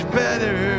better